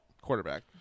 quarterback